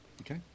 Okay